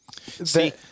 See